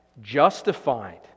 justified